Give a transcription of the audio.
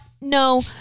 No